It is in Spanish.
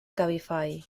cabify